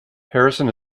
harrison